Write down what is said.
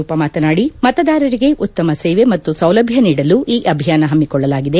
ರೂಪಾ ಮಾತನಾಡಿ ಮತದಾರರಿಗೆ ಉತ್ತಮ ಸೇವೆ ಮತ್ತು ಸೌಲಭ್ಯ ನೀಡಲು ಈ ಅಭಿಯಾನ ಹಮ್ಮಿಕೊಳ್ಳಲಾಗಿದೆ